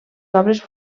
obres